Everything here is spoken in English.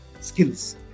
skills